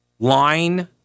Line